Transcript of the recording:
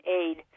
aid